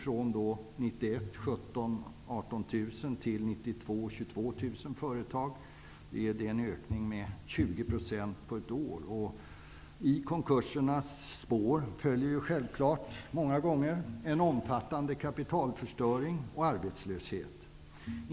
Under 1991 gick drygt nära 18 000 företag i konkurs, och 1992 var det 22 000. Det är en ökning med över 20 % på ett år. I konkursernas spår följer självfallet ofta en omfattande kapitalförstöring och arbetslöshet.